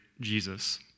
Jesus